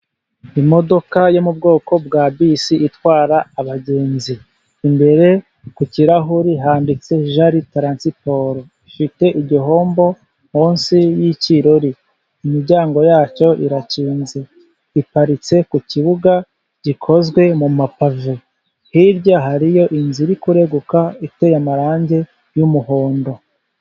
Imodoka yo mu bwoko bwa bisi itwara abagenzi. Imbere ku kirahuri handitse jari taransiporo. Ifite igihombo munsi y'ikirori. Imiryango yacyo irakinze. Iparitse ku kibuga gikozwe mu mapave. Hirya hariyo inzu iri kureguka, iteye amarangi y'umuhondo.